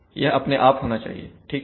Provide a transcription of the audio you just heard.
यह अपने आप होना चाहिए ठीक है